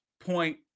point